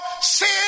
sin